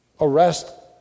arrest